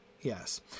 yes